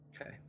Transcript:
okay